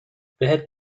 بهت